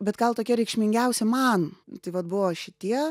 bet gal tokie reikšmingiausi man tai vat buvo šitie